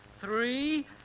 three